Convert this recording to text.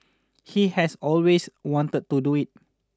he has always wanted to do it